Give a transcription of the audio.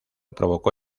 provocó